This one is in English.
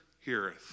heareth